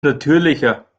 natürlicher